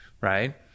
right